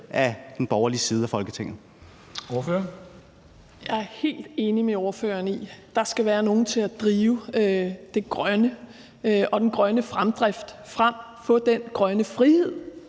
Sofie Carsten Nielsen (RV): Jeg er helt enig med ordføreren i, at der skal være nogen til at drive det grønne og den grønne fremdrift frem og få den grønne frihed,